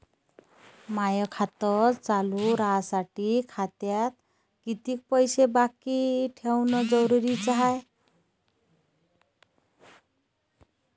माय खातं चालू राहासाठी खात्यात कितीक पैसे बाकी ठेवणं जरुरीच हाय?